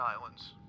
islands